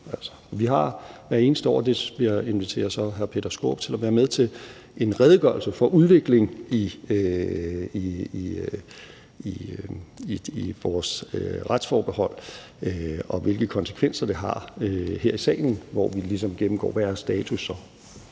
Vi har hvert eneste år – og det inviterer jeg så hr. Peter Skaarup til at være med til – en redegørelse for udviklingen i vores retsforbehold, og hvilke konsekvenser det har, her i salen, hvor vi ligesom gennemgår, hvad status